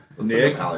Nick